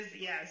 Yes